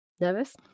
Nervous